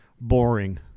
boring